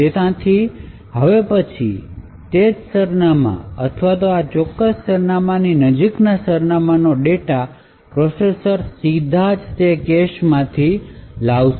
તેનાથી હવે પછી તે જ સરનામાં અથવા આ ચોક્કસ સરનામાંની નજીકના સરનામાં નો ડેટા પ્રોસેસર સીધા તે કેશમાં થી લાવશે